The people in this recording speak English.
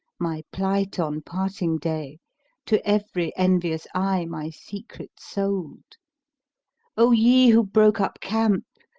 my plight on parting day to every envious eye my secret sold o ye who broke up camp,